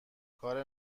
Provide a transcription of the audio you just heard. کار